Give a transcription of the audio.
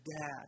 Dad